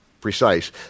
precise